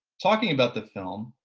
talking about the film,